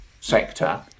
sector